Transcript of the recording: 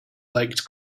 like